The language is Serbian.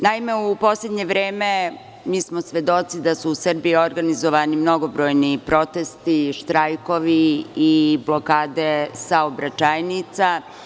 Naime, u poslednje vreme mi smo svedoci da su u Srbiji organizovani mnogobrojni protesti, štrajkovi i blokade saobraćajnica.